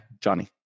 Johnny